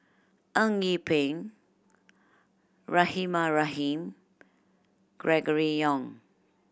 Eng Yee Peng Rahimah Rahim Gregory Yong